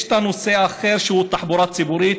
יש נושא אחר, שהוא תחבורה ציבורית,